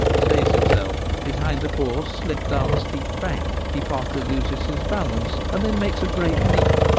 stays himself, his hinder paws slip down the steep bank, he partly loses his balance, and then makes a great leap,